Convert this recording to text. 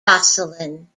jocelyn